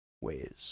ways